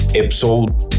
episode